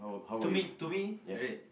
to me to me right